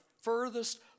furthest